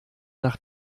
nach